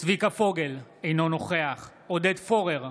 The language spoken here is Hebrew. צביקה פוגל, אינו נוכח עודד פורר,